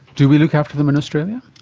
do we look after them in australia?